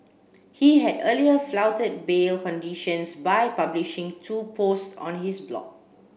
he had earlier flouted bail conditions by publishing two posts on his blog